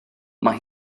mae